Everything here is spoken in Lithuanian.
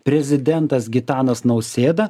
prezidentas gitanas nausėda